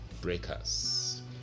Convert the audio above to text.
breakers